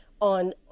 on